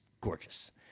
gorgeous